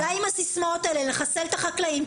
די עם הסיסמאות האלה, לחסל את החקלאים.